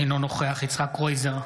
אינו נוכח יצחק קרויזר,